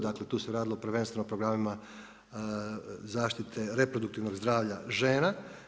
Dakle, tu se radilo prvenstveno o programima zaštite, reproduktivnog zdravlja žena.